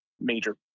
major